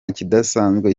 kidasanzwe